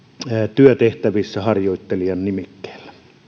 työtehtävissä harjoittelijan nimikkeellä